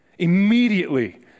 Immediately